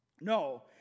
no